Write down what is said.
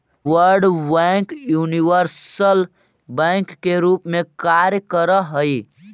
world bank universal bank के रूप में कार्य करऽ हइ